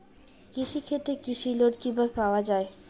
কৃষি ক্ষেত্রে কৃষি লোন কিভাবে পাওয়া য়ায়?